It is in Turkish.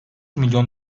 milyon